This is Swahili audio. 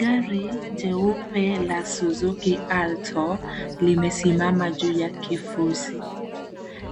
Gari jeupe la Suzuki Alto limesimama juu ya kifusi.